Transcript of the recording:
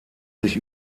sich